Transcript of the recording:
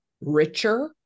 richer